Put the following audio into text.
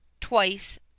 twice